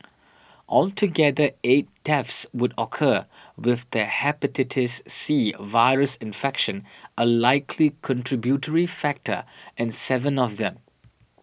altogether eight deaths would occur with the Hepatitis C virus infection a likely contributory factor in seven of them